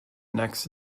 next